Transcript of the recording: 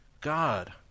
God